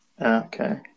okay